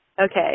Okay